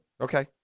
Okay